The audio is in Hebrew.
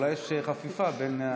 אולי יש חפיפה בין,